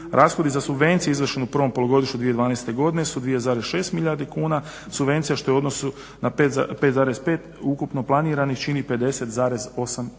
Rashodi za subvencije izvršene u prvom polugodištu 2012.godine su 2,6 milijardi kuna, subvencije što je u odnosu na 5,5 ukupno planiranih čini 50,8%.